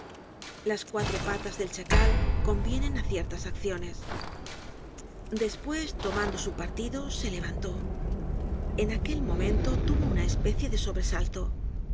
las cuatro patas del chacal convienen á ciertas acciones content from google book search generated at despues tomando su partido se levantó en aquel momento tuvo una especie de sobresalto